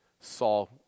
Saul